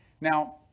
Now